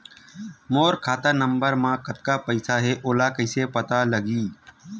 मोर खाता नंबर मा कतका पईसा हे ओला कइसे पता लगी?